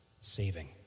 saving